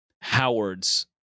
Howard's